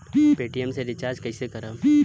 Paytm से recharge कईसे करम?